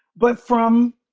but from